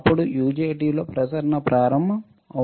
అప్పుడు యుజెటి లో ప్రసరణ ప్రారంభమవుతుంది